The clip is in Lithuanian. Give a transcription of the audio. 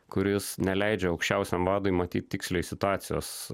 kuris neleidžia aukščiausiam vadui matyt tiksliai situacijos